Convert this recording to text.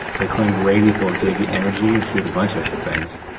they claimed radithor gave you energy and cured a bunch of things.